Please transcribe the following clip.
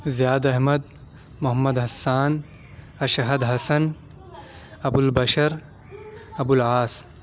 زیاد احمد محمد حسان اشہد حسن ابوالبشر ابوالعاص